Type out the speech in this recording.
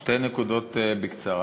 שתי נקודות בקצרה.